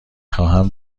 خواهم